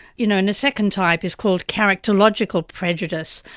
you know and a second type is called characterological prejudice,